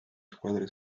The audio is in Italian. squadre